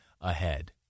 ahead